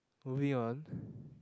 moving on